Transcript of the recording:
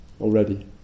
already